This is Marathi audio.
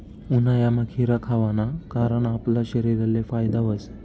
उन्हायामा खीरा खावाना कारण आपला शरीरले फायदा व्हस